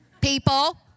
People